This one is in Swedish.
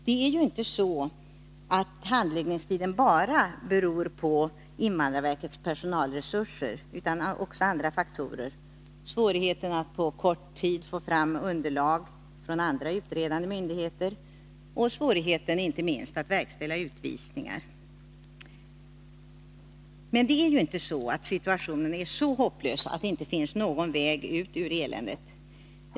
Det är ju inte så att handläggningstiden bara beror på invandrarverkets personalresurser. Den beror också på andra faktorer: svårigheterna att på Nr 134 kort tid få fram underlag från andra utredande myndigheter, och inte minst svårigheterna att verkställa utvisningar. Men situationen är inte så hopplös att det inte finns någon väg ut ur eländet.